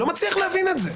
לא מצליח להבין את זה.